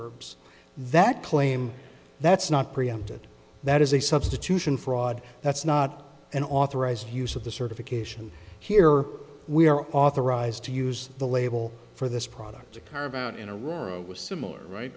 herbs that claim that's not preempted that is a substitution fraud that's not an authorized use of the certification here we are authorized to use the label for this product to carve out in a row was similar right